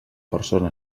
persona